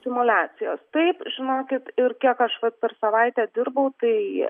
simuliacijos taip žinokit ir kiek aš vat per savaitę dirbau tai